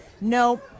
No